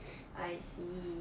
I see